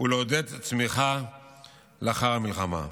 ולעודד צמיחה לאחר המלחמה.